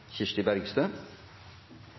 Kirsti Bergstø